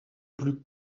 plus